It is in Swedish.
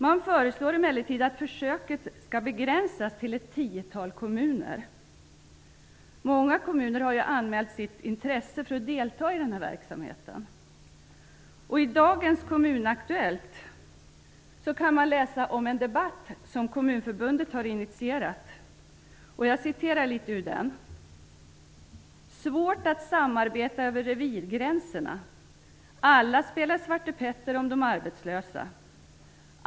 Man föreslår emellertid att försöket skall begränsas till ett tiotal kommuner. Många kommuner har ju anmält sitt intresse för att delta i verksamheten, och i dagens Kommunaktuellt kan man läsa om en debatt som Kommunförbundet har initierat. Det står bland annat: Svårt att samarbeta över revirgränserna. Alla spelar Svarte Petter om de arbetslösa.